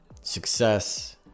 success